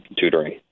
tutoring